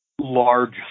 large